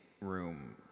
room